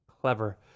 Clever